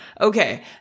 Okay